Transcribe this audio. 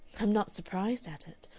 i'm not surprised at it.